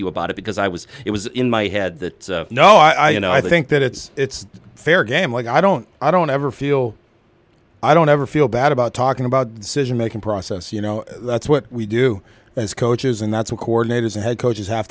you about it because i was it was in my head that no i you know i think that it's fair game like i don't i don't ever feel i don't ever feel bad about talking about cision making process you know that's what we do as coaches and that's what coordinators and head coaches have